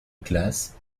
classe